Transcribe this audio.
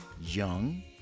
young